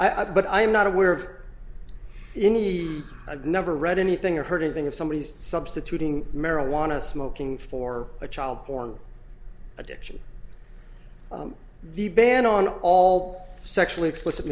i but i'm not aware of any i've never read anything or heard anything of somebody substituting marijuana smoking for a child porn addiction the ban on all sexually explicit